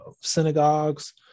synagogues